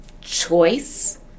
choice